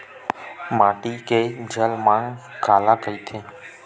माटी के जलमांग काला कइथे?